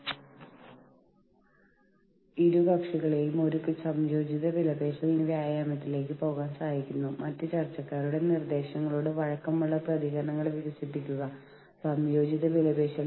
പിന്നെ മറ്റൊരു മാർഗം ജീവനക്കാരുടെ മേൽനോട്ടം വഹിക്കുന്നതിന് സ്ഥാപനത്തിന് പുറത്തുള്ള ആളുകളെ വയ്ക്കുന്നതിന് പകരം ഉള്ളിൽ നിന്ന് ആരെയെങ്കിലും അതിലെത്താൻ പ്രോത്സാഹിപ്പിക്കുക എന്നതാണ്